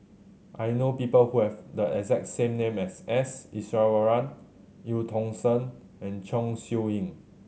I know people who have the exact same name as S Iswaran Eu Tong Sen and Chong Siew Ying